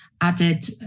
added